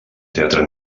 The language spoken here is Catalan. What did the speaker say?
teatre